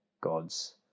God's